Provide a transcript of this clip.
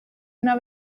una